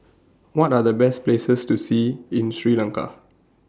What Are The Best Places to See in Sri Lanka